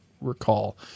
recall